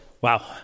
wow